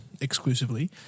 exclusively